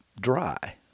dry